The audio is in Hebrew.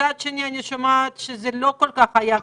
מצד שני אני שומעת שזה לא כל כך היה כך.